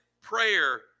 prayer